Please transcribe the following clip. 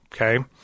Okay